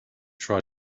try